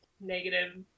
negative